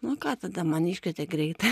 na ką tada man iškvietė greitąją